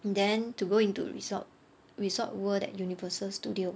and then to go into resort Resorts World that Universal Studios